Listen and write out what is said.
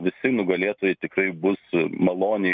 visi nugalėtojai tikrai bus maloniai